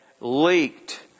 leaked